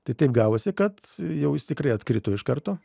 tai taip gavosi kad jau jis tikrai atkrito iš karto